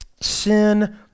sin